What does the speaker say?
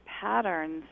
patterns